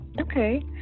okay